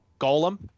Golem